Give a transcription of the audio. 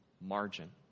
margin